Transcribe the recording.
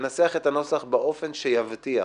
לנסח נוסח שיבטיח